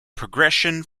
progression